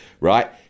right